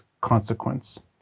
consequence